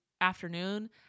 afternoon